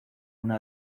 una